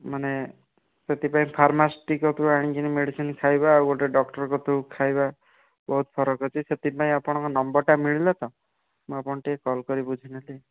ମାନେ ସେଥିପାଇଁ ଫାର୍ମାସିଷ୍ଟ୍ ପାଖରୁ ଆଣିକି ମେଡିସିନ୍ ଖାଇବା ଆଉ ଗୋଟେ ଡକ୍ଟର୍ କତିରୁ ଖାଇବା ବହୁତ ଫରକ ଅଛି ସେଥିପାଇଁ ଆପଣଙ୍କ ନମ୍ବର୍ଟା ମିଳିଲା ତ ମୁଁ ଆପଣଙ୍କୁ ଟିକିଏ କଲ୍ କରି ବୁଝିନେଲି